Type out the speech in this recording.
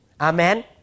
Amen